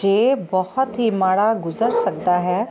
ਜੇ ਬਹੁਤ ਹੀ ਮਾੜਾ ਗੁਜਰ ਸਕਦਾ ਹੈ